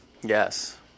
Yes